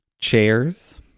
Chairs